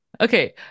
Okay